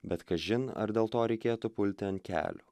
bet kažin ar dėl to reikėtų pulti ant kelių